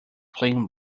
clean